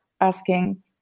asking